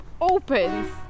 opens